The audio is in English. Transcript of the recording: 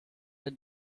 the